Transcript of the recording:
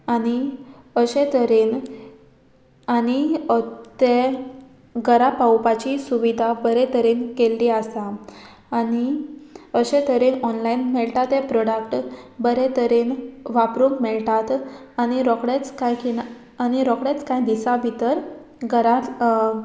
आनी अशे तरेन आनी तें घरा पावोवपाची सुविधा बरे तरेन केल्ली आसा आनी अशे तरेन ऑनलायन मेळटा तें प्रोडक्ट बरे तरेन वापरूंक मेळटात आनी रोकडेच कांय खिणा आनी रोकडेच कांय दिसा भितर घरांत